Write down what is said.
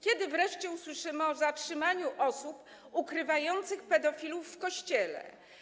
Kiedy wreszcie usłyszymy o zatrzymaniu osób ukrywających pedofilów w Kościele?